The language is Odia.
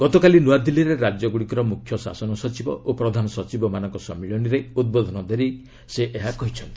ଗତକାଲି ନୂଆଦିଲ୍ଲୀରେ ରାଜ୍ୟଗୁଡ଼ିକର ମୁଖ୍ୟ ଶାସନସଚିବ ଓ ପ୍ରଧାନ ସଚିବମାନଙ୍କ ସମ୍ମିଳନୀରେ ଉଦ୍ବୋଧନ ଦେଇ ସେ ଏହା କହିଛନ୍ତି